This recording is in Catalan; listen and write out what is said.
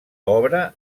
obra